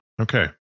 Okay